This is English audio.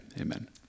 Amen